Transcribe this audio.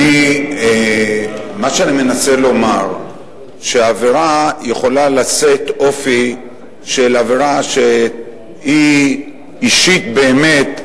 אני מנסה לומר שעבירה יכולה לשאת אופי של עבירה שהיא אישית באמת,